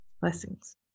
Blessings